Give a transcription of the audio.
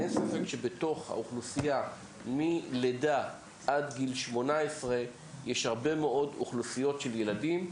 אין ספק שמלידה ועד גיל 18 יש הרבה מאוד אוכלוסיות של ילדים,